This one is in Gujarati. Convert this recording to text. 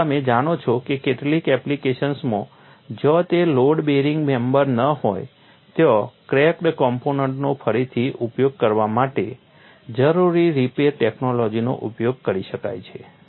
અને તમે જાણો છો કે કેટલીક એપ્લિકેશન્સમાં જ્યાં તે લોડ બેરિંગ મેમ્બર ન હોય ત્યાં ક્રેક્ડ કમ્પોનન્ટનો ફરીથી ઉપયોગ કરવા માટે જરૂરી રિપેર ટેકનોલોજીનો ઉપયોગ કરી શકાય છે